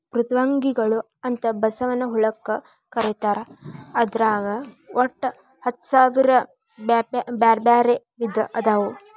ಮೃದ್ವಂಗಿಗಳು ಅಂತ ಬಸವನ ಹುಳಕ್ಕ ಕರೇತಾರ ಅದ್ರಾಗ ಒಟ್ಟ ಹತ್ತಸಾವಿರ ಬ್ಯಾರ್ಬ್ಯಾರೇ ವಿಧ ಅದಾವು